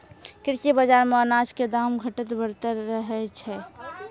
कृषि बाजार मॅ अनाज के दाम घटतॅ बढ़तॅ रहै छै